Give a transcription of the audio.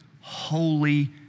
holy